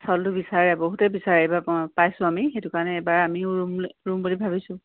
চাউলটো বিচাৰে বহুতেই বিচাৰে এইবাৰ প পাইছোঁ আমি সেইটো কাৰণে এইবাৰ আমিও ৰু ৰুম বুলি ভাবিছোঁ